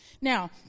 Now